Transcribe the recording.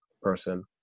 person